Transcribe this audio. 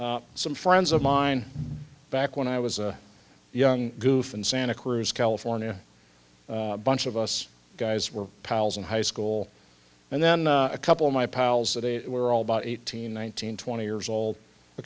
k some friends of mine back when i was a young goof in santa cruz california bunch of us guys were pals in high school and then a couple of my pals they were all about eighteen nineteen twenty years old a